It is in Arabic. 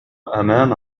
أمام